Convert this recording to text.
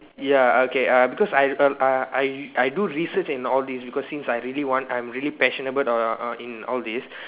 ya okay uh because I uh I I I do research and all this because since I really want I'm really passionate uh in all this